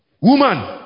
Woman